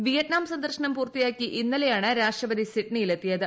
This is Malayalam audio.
വിയറ്റ്നാം സന്ദർശനം പൂർത്തിയാക്കി ഇന്നലെയാണ് രാഷ്ട്രപതി സിഡ്നിയിൽ എത്തിയത്